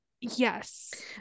Yes